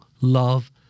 love